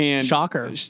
Shocker